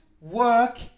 work